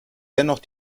dennoch